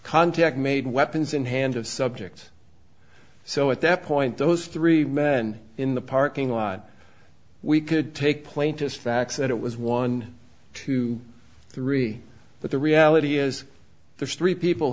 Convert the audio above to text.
contact made weapons in hand of subjects so at that point those three men in the parking lot we could take plaintiff's facts that it was one two three but the reality is there's three people